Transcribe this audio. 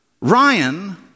Ryan